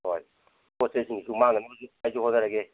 ꯍꯣꯏ ꯄꯣꯠ ꯆꯩꯁꯤꯡꯁꯨ ꯃꯥꯡꯗꯅꯕ ꯑꯩꯁꯨ ꯍꯣꯠꯅꯔꯒꯦ